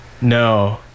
no